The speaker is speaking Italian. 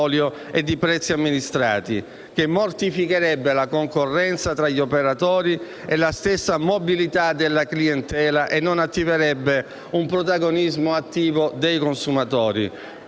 e di prezzi amministrati, che mortificherebbe la concorrenza tra gli operatori e la stessa mobilità della clientela e non attiverebbe un protagonismo attivo dei consumatori.